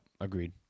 agreed